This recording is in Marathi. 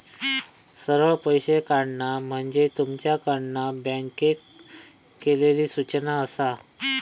सरळ पैशे काढणा म्हणजे तुमच्याकडना बँकेक केलली सूचना आसा